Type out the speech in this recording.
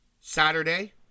Saturday